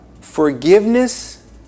Forgiveness